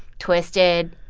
twisted,